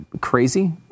crazy